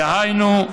דהיינו,